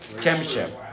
championship